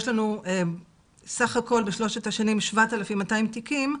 יש לנו סך הכול בשלוש השנים 7,200 תיקים,